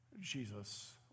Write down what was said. Jesus